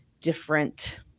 different